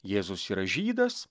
jėzus yra žydas